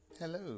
Hello